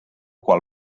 qual